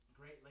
Great